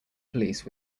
police